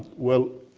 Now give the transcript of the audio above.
well,